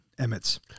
Emmett's